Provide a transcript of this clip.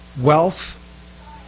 wealth